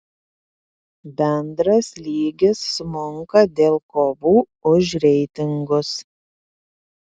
bendras lygis smunka dėl kovų už reitingus